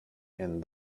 and